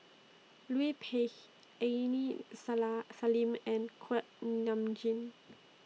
Liu Peihe Aini Sala Salim and Kuak Nam Jin